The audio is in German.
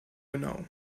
genau